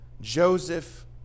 Joseph